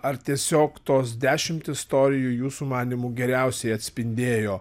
ar tiesiog tos dešimt istorijų jūsų manymu geriausiai atspindėjo